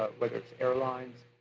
but it's airlines,